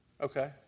Okay